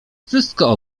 wszystko